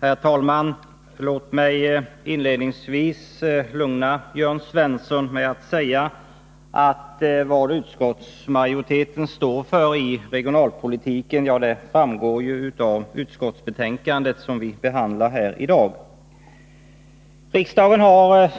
Herr talman! Låt mig inledningsvis lugna Jörn Svensson med att säga, att vad utskottsmajoriteten står för när det gäller regionalpolitiken framgår av det utskottsbetänkande som vi behandlar här i dag. Riksdagen har